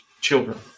children